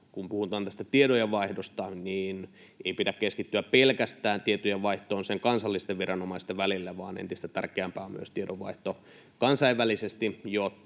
kun puhutaan tästä tietojenvaihdosta, niin ei pidä keskittyä pelkästään tietojenvaihtoon kansallisten viranomaisten välillä, vaan entistä tärkeämpää on myös tiedonvaihto kansainvälisesti,